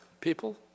people